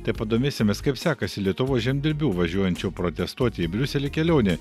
taip pat domėsimės kaip sekasi lietuvos žemdirbių važiuojančių protestuoti į briuselį kelionė